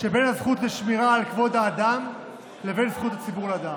שבין הזכות לשמירה על כבוד האדם לבין זכות הציבור לדעת.